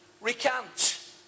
recant